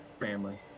family